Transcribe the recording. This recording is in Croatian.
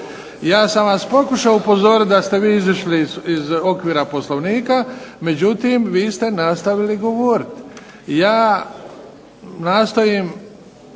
Ja sam vas pokušao upozoriti da ste vi izišli iz okvira Poslovnika međutim, vi ste nastavili govoriti. Ja nastojim